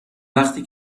وقتی